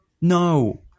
No